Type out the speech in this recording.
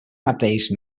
mateix